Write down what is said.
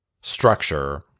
structure